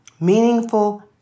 meaningful